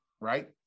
right